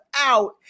out